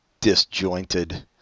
disjointed